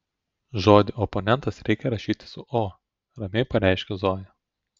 žodį oponentas reikia rašyti su o ramiai pareiškė zoja